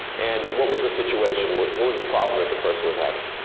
and what was the situation, what what was the problem that the person was having?